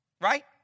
Right